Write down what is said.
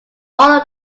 all